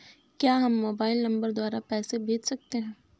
क्या हम mobile number द्वारा पैसे भेज सकते हैं?